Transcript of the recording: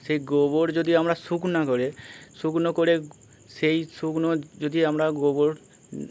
সেই গোবর যদি আমরা শুকনাো করে শুকনো করে সেই শুকনো যদি আমরা গোবর